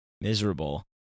miserable